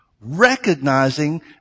recognizing